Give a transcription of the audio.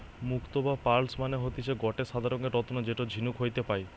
মুক্তো বা পার্লস মানে হতিছে গটে সাদা রঙের রত্ন যেটা ঝিনুক হইতে পায়